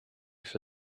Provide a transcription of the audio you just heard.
for